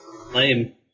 Lame